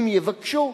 אם יבקשו,